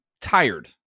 tired